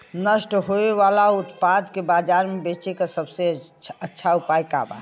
नष्ट होवे वाले उतपाद के बाजार में बेचे क सबसे अच्छा उपाय का हो?